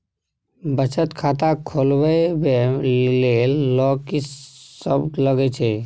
बचत खाता खोलवैबे ले ल की सब लगे छै?